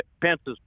Pence's